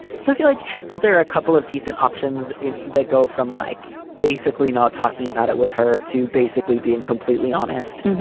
so i feel like those are a couple of decent options that go from like basically not talking about it with her to basically being completely honest.